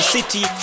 City